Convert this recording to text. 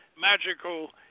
magical